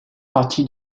partie